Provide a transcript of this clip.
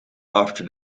after